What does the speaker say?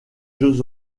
jeux